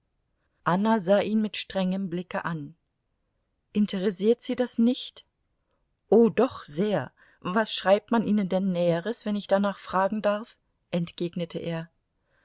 anna sah ihn mit strengem blicke an interessiert sie das nicht o doch sehr was schreibt man ihnen denn näheres wenn ich danach fragen darf entgegnete er